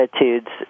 attitudes